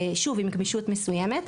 שוב עם גמישות מסוימת,